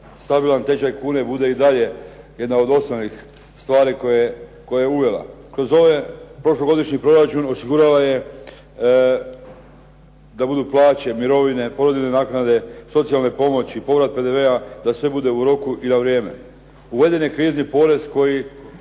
stabilan tečaj kune bude i dalje jedna od osnovnih stvari koje je uvela. Kroz ovaj prošlogodišnji proračun osigurala je da budu plaće, mirovine, porodiljne naknade, socijalne pomoći, povrat PDV-a da sve bude u roku i na vrijeme. Uveden je krizni porez koji